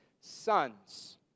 sons